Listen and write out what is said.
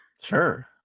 Sure